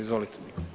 Izvolite.